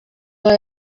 aba